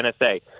NSA